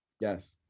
yes